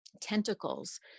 Tentacles